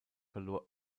verlor